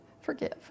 forgive